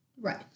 Right